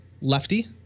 Lefty